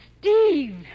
Steve